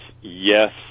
yes